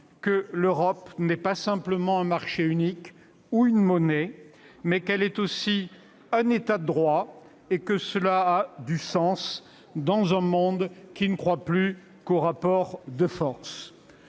que l'Europe n'est pas simplement un marché unique ou une monnaie, mais qu'elle est aussi un État de droit, et que cela a du sens dans un monde qui ne croit plus qu'aux rapports de force.